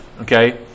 okay